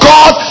God